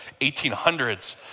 1800s